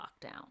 lockdown